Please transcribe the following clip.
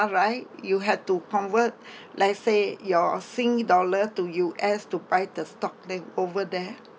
right you had to convert let's say your sing dollar to U_S to buy the stock there over there